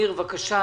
ניר ברקת, בבקשה,